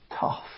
tough